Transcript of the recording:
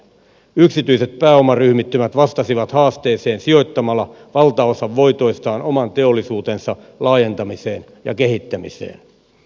yksityiset pääomaryhmittymät vastasivat haasteeseen sijoittamalla valtaosan voitoistaan oman teollisuutensa laajentamiseen ja kehittämiseen